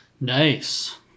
Nice